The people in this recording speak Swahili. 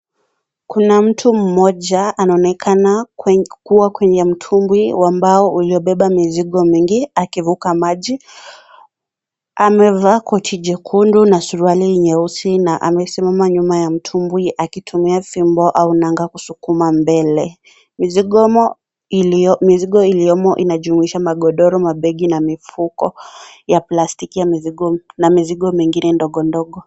Kuna mtu mmoja anaonekana kuwa kwenye mtumbwi wa mbao uliobeba mizigo mingi akifuka maji amevaa koti jekundu na suruali nyeusi na amesimama nyuma ya mtumbwi akitumia fimbo kunanga kusukuma mbele, mizigo iliomo inajumuisha magodoro mabegi na mifuko ya plasitiki na mizigo mingine ndogondgo.